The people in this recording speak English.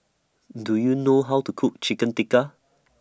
Do YOU know How to Cook Chicken Tikka